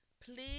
please